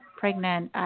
pregnant